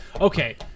Okay